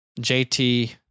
JT